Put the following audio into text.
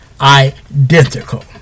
identical